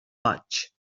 boig